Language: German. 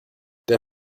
der